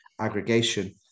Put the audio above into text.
aggregation